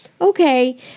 okay